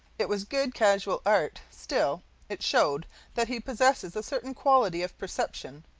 it was good casual art, still it showed that he possesses a certain quality of perception.